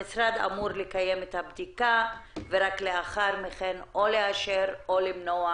המשרד אמור לקיים את הבדיקה ולאחר מכן לאשר או למנוע